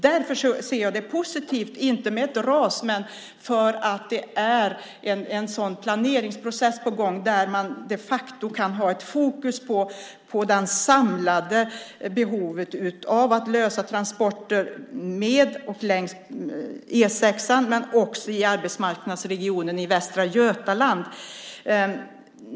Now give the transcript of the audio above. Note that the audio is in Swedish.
Därför ser jag det som positivt - inte med ett ras, men att det är en sådan planeringsprocess på gång där man de facto kan ha fokus på det samlade behovet av att lösa transporter längs E 6:an men också i arbetsmarknadsregionen i Västra Götaland.